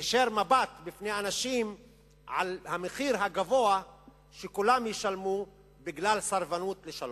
ותישיר מבט בפני האנשים על המחיר הגבוה שכולם ישלמו בגלל הסרבנות לשלום.